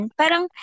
parang